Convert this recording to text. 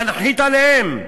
להנחית עליהם?